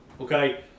okay